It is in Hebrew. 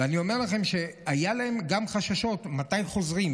ואני אומר לכם שהיו להם גם חששות: מתי חוזרים,